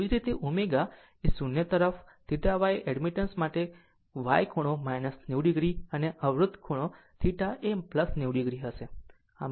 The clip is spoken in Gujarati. તેવી જ રીતે જો ω એ 0 તરફ θ Y એડમિટન્સ માટે the Y ખૂણો 90 o છે અને આમ અવરોધ ખૂણો θ એ 90 o હશે